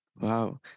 Wow